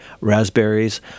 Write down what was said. raspberries